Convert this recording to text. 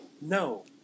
no